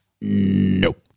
Nope